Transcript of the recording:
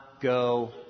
go